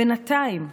בינתיים,